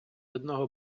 одного